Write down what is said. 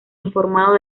informado